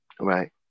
Right